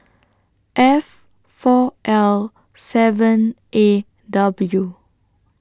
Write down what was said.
F four L seven A W